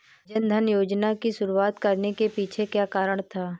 जन धन योजना की शुरुआत करने के पीछे क्या कारण था?